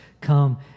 come